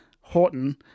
Horton